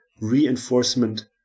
reinforcement